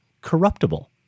corruptible